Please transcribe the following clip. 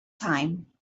time